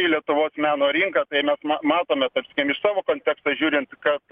į lietuvos meno rinką tai mes matome kad sakykim iš savo konteksto žiūrint kad